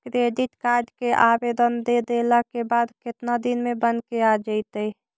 Credit card के आवेदन दे देला के बाद केतना दिन में बनके आ जइतै?